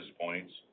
points